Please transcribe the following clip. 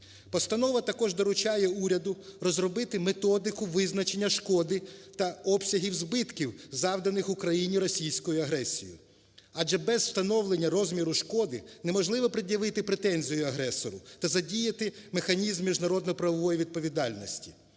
Постанова також доручає уряду розробити методику визначення шкоди та обсягів збитків, завданих Україні російською агресією, адже без встановлення розміру шкоди неможливо пред'явити претензію агресору та задіяти механізм міжнародно-правової відповідальності.